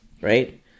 right